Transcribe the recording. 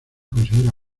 considera